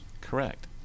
Correct